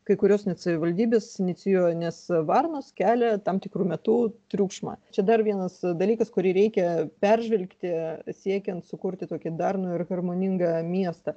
kai kurios net savivaldybės inicijuoja nes varnos kelia tam tikru metu triukšmą čia dar vienas dalykas kurį reikia peržvelgti siekiant sukurti tokį darnų ir harmoningą miestą